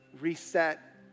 reset